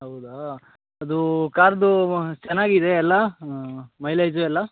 ಹೌದಾ ಅದು ಕಾರ್ದು ಚೆನ್ನಾಗಿದೆಯಲ್ಲ ಮೈಲೇಜು ಎಲ್ಲ